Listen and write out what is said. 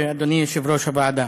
היושב-ראש, אדוני יושב-ראש הוועדה,